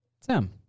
Sam